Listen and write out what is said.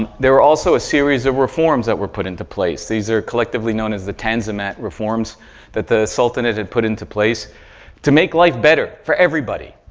ah there were also a series of reforms that were put into place. these are collectively known as the tanzimat reforms that the sultanate had put into place to make life better for everybody.